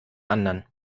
anderen